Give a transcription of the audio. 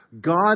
God